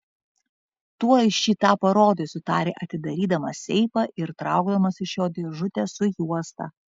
tuoj šį tą parodysiu tarė atidarydamas seifą ir traukdamas iš jo dėžutę su juosta